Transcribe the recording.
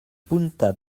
punta